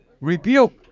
rebuke